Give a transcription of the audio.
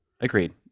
Agreed